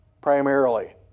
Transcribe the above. primarily